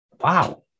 wow